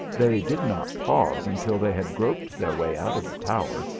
they did not pause until they had groped their way out of the tower,